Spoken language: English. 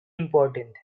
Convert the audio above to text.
important